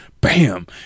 Bam